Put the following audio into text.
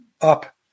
up